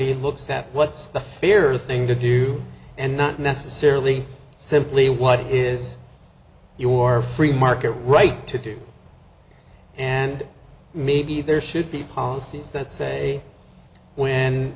he looks at what's the fear thing to do and not necessarily simply what is your free market right to do and maybe there should be policies that say when